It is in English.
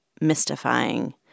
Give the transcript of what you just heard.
mystifying